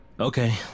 Okay